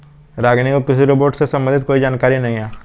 रागिनी को कृषि रोबोट से संबंधित कोई जानकारी नहीं है